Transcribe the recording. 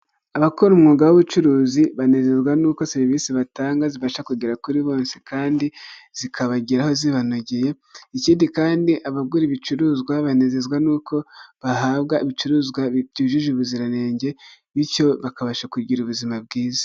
Abakora umwuga w'ubucuruzi banezezwa nuko serivisi batanga zibasha kugera kuri bose kandi zikabageraho zibanogeye, ikindi kandi abagura ibicuruzwa banezezwa nuko bahabwa ibicuruzwa byujuje ubuziranenge bityo bakabasha kugira ubuzima bwiza.